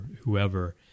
whoever